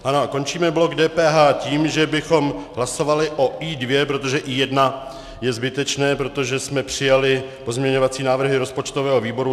A končíme blok DPH tím, že bychom hlasovali o I2, protože I1 je zbytečné, protože jsme přijali pozměňovací návrhy rozpočtového výboru.